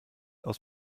aus